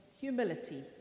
humility